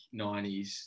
90s